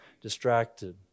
distracted